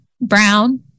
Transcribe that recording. brown